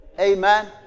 Amen